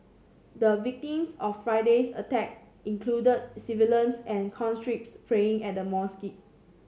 the victims of Friday's attack included civilians and conscripts praying at the mosque